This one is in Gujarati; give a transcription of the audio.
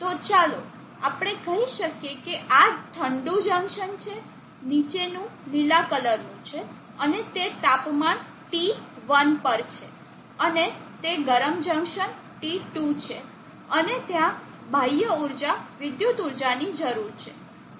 તો ચાલો આપણે કહી શકીએ કે આ ઠંડું જંકશન છે નીચેનું લીલા કલરનું છે અને તે તાપમાન T1 પર છે અને તે ગરમ જંકશન T2 છે અને ત્યાં બાહ્ય ઊર્જા વિદ્યુત ઊર્જાની જરૂરી છે